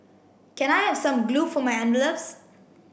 can I have some glue for my envelopes